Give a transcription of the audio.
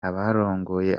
abarongoye